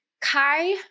Kai